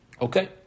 okay